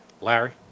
Larry